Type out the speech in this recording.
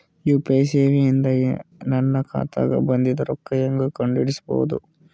UPI ಸೇವೆ ಇಂದ ನನ್ನ ಖಾತಾಗ ಬಂದಿದ್ದ ರೊಕ್ಕ ಹೆಂಗ್ ಕಂಡ ಹಿಡಿಸಬಹುದು?